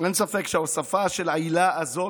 שההוספה של העילה הזאת,